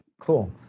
Cool